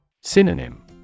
Synonym